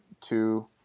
two